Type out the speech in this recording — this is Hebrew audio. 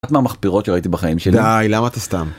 אחת מהמחפירות שראיתי בחיים שלי. די, למה אתה סתם.